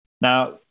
Now